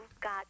got